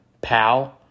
pal